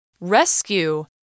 Rescue